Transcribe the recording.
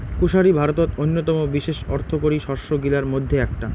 কুশারি ভারতত অইন্যতম বিশেষ অর্থকরী শস্য গিলার মইধ্যে এ্যাকটা